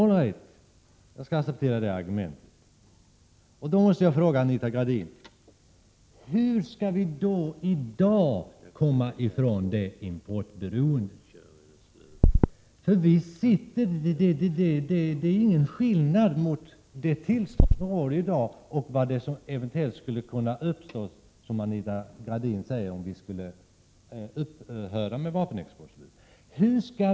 All right, jag skall acceptera det argumentet. Jag måste då fråga Anita Gradin hur vi skall komma ifrån det ensidiga importberoende som vi i dag befinner oss i. Det är nämligen ingen skillnad på det tillstånd som råder i dag och det som enligt Anita Gradin eventuellt skulle kunna uppstå om vi upphör med vapenexporten.